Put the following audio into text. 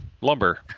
lumber